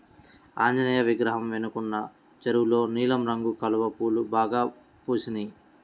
ఆంజనేయ విగ్రహం వెనకున్న చెరువులో నీలం రంగు కలువ పూలు బాగా పూసినియ్